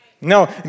No